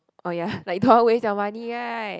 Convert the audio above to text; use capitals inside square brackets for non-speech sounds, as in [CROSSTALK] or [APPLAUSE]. oh ya [BREATH] like don't want waste your money right